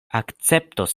akceptos